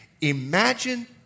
imagine